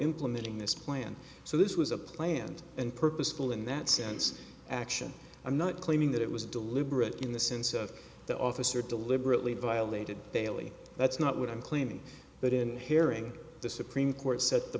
implementing this plan so this was a planned and purposeful in that sense action i'm not claiming that it was deliberate in the sense of the officer deliberately violated daily that's not what i'm claiming but in hearing the supreme court set the